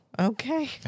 Okay